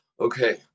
okay